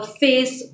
face